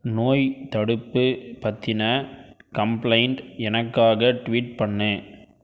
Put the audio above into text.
நோய் தடுப்பு பற்றின கம்ப்ளைண்ட் எனக்காக ட்வீட் பண்ணு